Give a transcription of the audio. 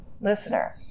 listener